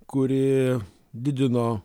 kurie didino